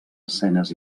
escenes